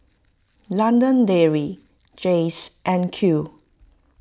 London Dairy Jays and Qoo